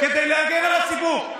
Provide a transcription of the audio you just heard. כדי להקל על הציבור,